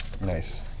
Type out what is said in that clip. Nice